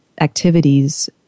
activities